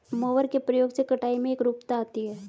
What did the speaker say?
mower के प्रयोग से कटाई में एकरूपता आती है